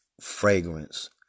fragrance